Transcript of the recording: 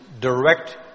direct